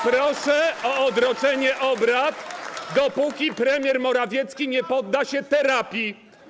Proszę o odroczenie obrad, dopóki premier Morawiecki nie podda się terapii.